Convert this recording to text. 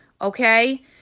okay